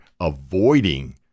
avoiding